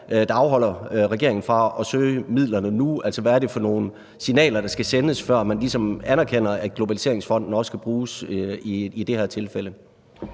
der afholder regeringen fra at søge midlerne nu. Altså, hvad er det for nogle signaler, der skal sendes, før man ligesom anerkender, at Globaliseringsfonden også kan bruges i det her tilfælde?